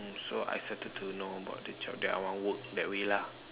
so I started to know about the job that I want work that way lah